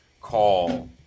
call